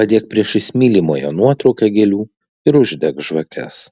padėk priešais mylimojo nuotrauką gėlių ir uždek žvakes